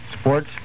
sports